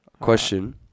Question